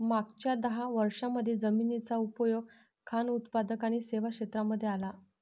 मागच्या दहा वर्षांमध्ये जमिनीचा उपयोग खान उत्पादक आणि सेवा क्षेत्रांमध्ये आला